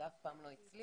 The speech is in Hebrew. זה אף פעם לא הצליח.